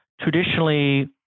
traditionally